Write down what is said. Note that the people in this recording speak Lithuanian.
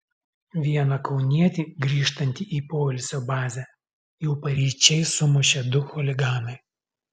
vieną kaunietį grįžtantį į poilsio bazę jau paryčiais sumušė du chuliganai